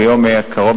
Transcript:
ביום ה' הקרוב,